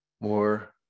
more